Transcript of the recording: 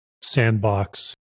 sandbox